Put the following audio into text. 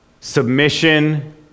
Submission